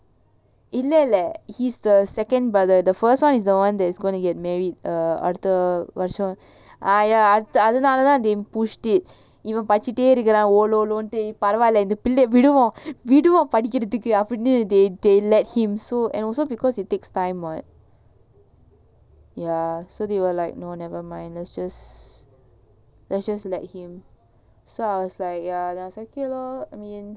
இல்லல:illala he's the second brother the first one is the one that is going to get married err after அதனாலதான்:adhanalathan they pushed it இவன்படிச்சிட்டேஇருக்குரான்:ivan padichite irukuran they let him and also because it takes time [what] ya so they were like no never mind let's just let's just let him so I was like ya ya I mean